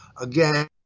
again